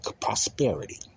Prosperity